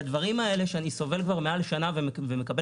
לדברים האלה שאני סובל כבר מעל שנה ומקבל